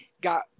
got